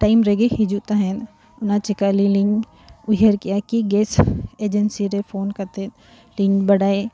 time ᱨᱮᱜᱮ ᱦᱤᱡᱩᱜ ᱛᱟᱦᱮᱸᱜ ᱚᱱᱟ ᱪᱮᱠᱟᱞᱤᱧ ᱩᱭᱦᱟᱹᱨ ᱠᱮᱜᱼᱟ ᱠᱤ ᱜᱮᱥ ᱮᱡᱮᱱᱥᱤ ᱨᱮ ᱯᱷᱳᱱ ᱠᱟᱛᱮᱫ ᱞᱤᱧ ᱵᱟᱰᱟᱭ